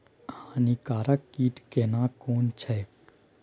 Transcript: हानिकारक कीट केना कोन छै?